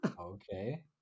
okay